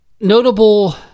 notable